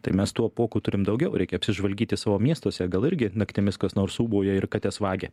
tai mes tų apuokų turim daugiau reikia apsižvalgyti savo miestuose gal irgi naktimis kas nors ūbauja ir kates vagia